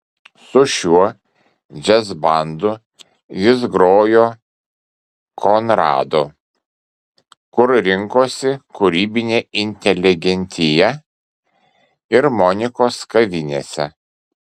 su šiuo džiazbandu jis grojo konrado kur rinkosi kūrybinė inteligentija ir monikos kavinėse